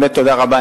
באמת תודה רבה,